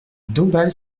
dombasle